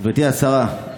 גברתי השרה,